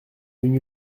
venu